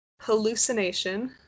Hallucination